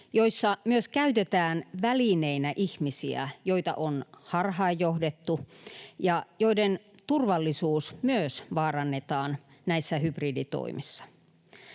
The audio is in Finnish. joilla myös käytetään välineinä ihmisiä, joita on harhaanjohdettu ja joiden turvallisuus myös vaarannetaan näissä hybriditoimissa.